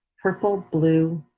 purple, blue,